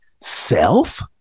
self